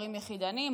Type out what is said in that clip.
הורים יחידניים,